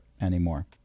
anymore